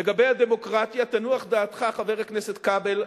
לגבי הדמוקרטיה, תנוח דעתך, חבר הכנסת כבל.